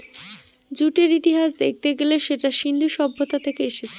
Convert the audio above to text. জুটের ইতিহাস দেখতে গেলে সেটা সিন্ধু সভ্যতা থেকে এসেছে